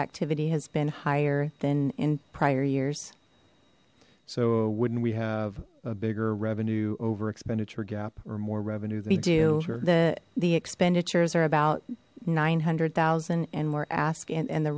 activity has been higher than in prior years so wouldn't we have a bigger revenue over expenditure gap or more revenue we do the the expenditures are about nine hundred thousand and we're asking and the